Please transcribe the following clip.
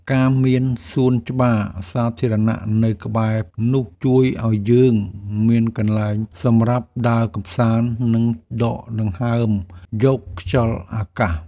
ការមានសួនច្បារសាធារណៈនៅក្បែរនោះ ជួយឱ្យយើងមានកន្លែងសម្រាប់ដើរកម្សាន្ត និងដកដង្ហើមយកខ្យល់អាកាស។